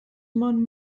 man